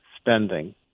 spending